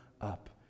up